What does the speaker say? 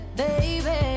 baby